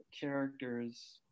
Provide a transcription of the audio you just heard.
characters